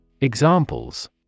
Examples